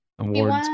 awards